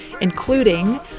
including